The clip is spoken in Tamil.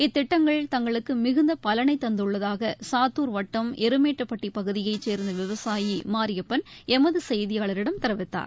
இத்திட்டங்கள் தங்களுக்கு மிகுந்த பலனை தந்துள்ளதாக சாத்தூர் வட்டம் எருமேட்டுப்பட்டி பகுதியை சேர்ந்த விவசாயி மாரியப்பன் எமது செய்தியாளரிடம் தெரிவித்தார்